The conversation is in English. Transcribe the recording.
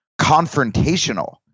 confrontational